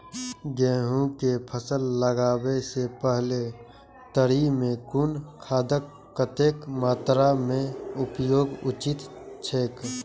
गेहूं के फसल लगाबे से पेहले तरी में कुन खादक कतेक मात्रा में उपयोग उचित छेक?